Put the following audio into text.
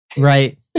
right